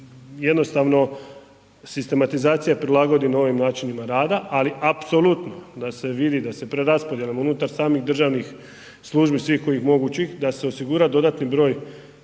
jednostavno sistematizacija prilagodi novim načinima rada, ali apsolutno da se vidi da se preraspodjelom unutar samih državnih službi, svih kojih mogućih, da se osigura dodatni broj